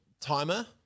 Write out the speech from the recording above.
timer